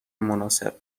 مناسب